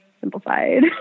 simplified